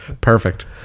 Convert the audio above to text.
perfect